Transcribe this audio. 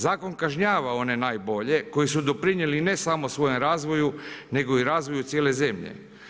Zakon kažnjava one najbolje koji su doprinijeli ne samo svojem razvoju, nego i razvoju cijele zemlje.